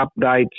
updates